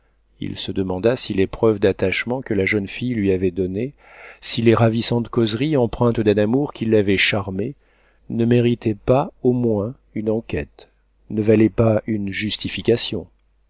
il se demanda si les preuves d'attachement que la jeune fille lui avait données si les ravissantes causeries empreintes d'un amour qui l'avait charmé ne méritaient pas au moins une enquête ne valaient pas une justification